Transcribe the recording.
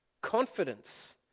confidence